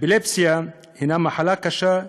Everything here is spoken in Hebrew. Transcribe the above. האפילפסיה הנה מחלה קשה,